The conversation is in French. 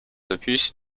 opus